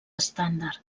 estàndard